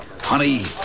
honey